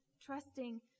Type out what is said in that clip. trusting